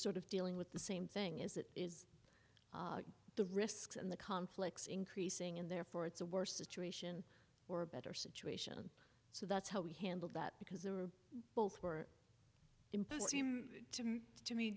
sort of dealing with the same thing is it is the risks and the conflicts increasing and therefore it's a worse situation or a better situation so that's how we handled that because they were both were